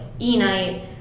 E-night